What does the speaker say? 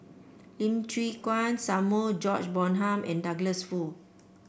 Lim Chwee Samuel George Bonham and Douglas Foo